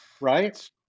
right